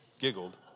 giggled